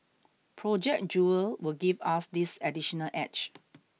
Project Jewel will give us this additional edge